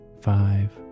five